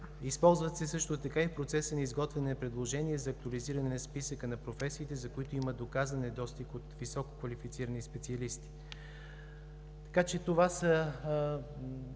Използват се също така и процеси на изготвяне на предложения за актуализиране на списъка на професиите, за които има доказан недостиг от висококвалифицирани специалисти. Така че това са